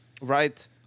Right